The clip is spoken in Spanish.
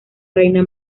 reina